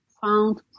found